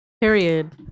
Period